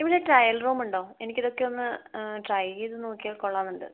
ഇവിടെ ട്രയൽ റൂമുണ്ടോ എനിക്കിതൊക്കെയൊന്ന് ട്രൈ ചെയ്ത് നോക്കിയാൽ കൊള്ളാമെന്നുണ്ട്